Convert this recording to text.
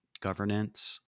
governance